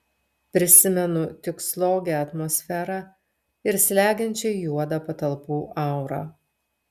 prisimenu tik slogią atmosferą ir slegiančiai juodą patalpų aurą